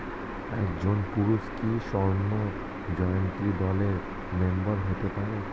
একজন পুরুষ কি স্বর্ণ জয়ন্তী দলের মেম্বার হতে পারে?